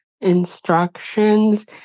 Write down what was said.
instructions